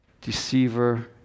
deceiver